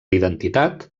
identitat